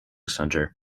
center